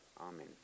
Amen